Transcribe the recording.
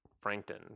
Frankton